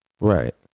Right